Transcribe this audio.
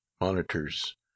monitors